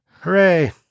Hooray